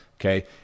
Okay